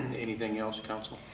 anything else, counsel?